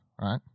right